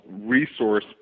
resource